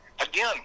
Again